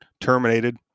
terminated